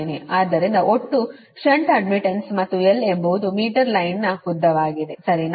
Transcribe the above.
ಆದ್ದರಿಂದ ಒಟ್ಟು shunt admittance ಮತ್ತು l ಎಂಬುದು ಮೀಟರ್ ಲೈನ್ ಉದ್ದವಾಗಿದೆ ಸರಿನಾ